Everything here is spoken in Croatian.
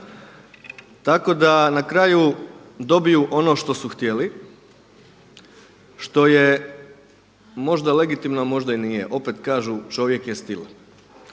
tako da na kraju dobiju ono što su htjeli, što je možda legitimno, a možda i nije. Opet kažu čovjek je stila.